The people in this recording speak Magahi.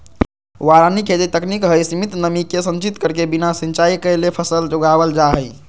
वारानी खेती तकनीक हई, सीमित नमी के संचित करके बिना सिंचाई कैले फसल उगावल जा हई